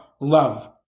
love